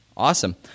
Awesome